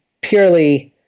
purely